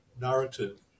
narrative